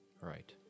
Right